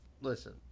Listen